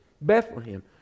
Bethlehem